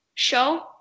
show